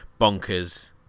bonkers